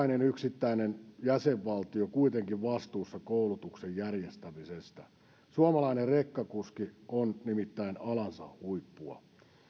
jokainen yksittäinen jäsenvaltio kuitenkin vastuussa koulutuksen järjestämisestä suomalainen rekkakuski on nimittäin alansa huippua